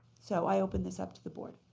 so i open this up to the board.